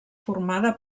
formada